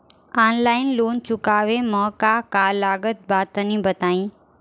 Online loan चुकावे म का का लागत बा तनि बताई?